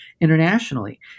internationally